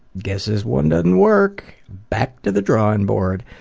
guess this one doesn't work! back to the drawing board'.